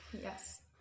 Yes